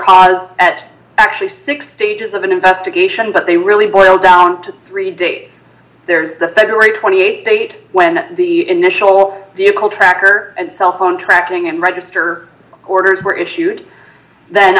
cause at actually six stages of an investigation but they really boil down to three dates there's the february th date when the initial vehicle tracker and cell phone tracking and register orders were issued then